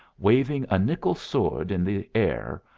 waving a nickel sword in the air,